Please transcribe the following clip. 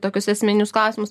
tokius esminius klausimus